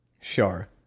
sure